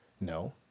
No